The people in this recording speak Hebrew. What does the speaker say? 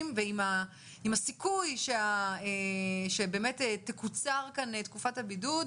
ועם הסיכוי שבאמת תקוצר כאן תקופת הבידוד,